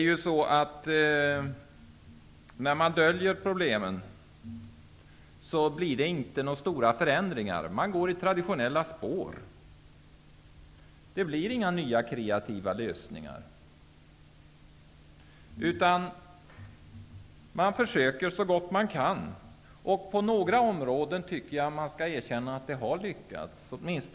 Om man döljer problemen blir det inga stora förändringar. Man går i traditionella spår, och det blir inga ny kreativa lösningar. Man försöker så gott man kan. Men på några områden har man lyckats. Det skall erkännas.